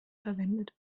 verwendet